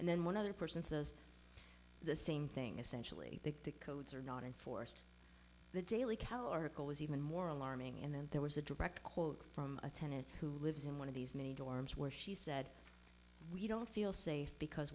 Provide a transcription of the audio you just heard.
and then one other person says the same thing essentially the codes are not enforced the daily calorie is even more alarming and then there was a direct quote from a tenant who lives in one of these many dorms where she said we don't feel safe because